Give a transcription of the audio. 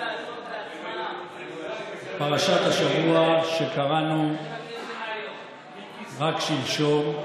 פרשת השבוע שקראנו רק שלשום.